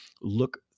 look